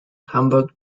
hamburg